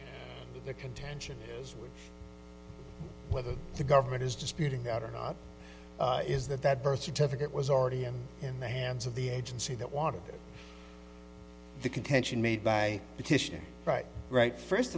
the contention is whether the government is disputing that or not is that that birth certificate was already in the hands of the agency that water the contention made by petition right right first